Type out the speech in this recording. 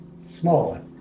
smaller